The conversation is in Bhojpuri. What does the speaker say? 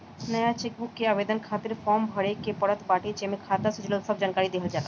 नया चेकबुक के आवेदन खातिर फार्म भरे के पड़त बाटे जेमे खाता से जुड़ल सब जानकरी देहल जाला